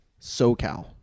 SoCal